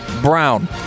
Brown